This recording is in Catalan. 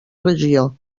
regió